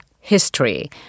history